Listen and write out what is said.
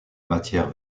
matière